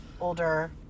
older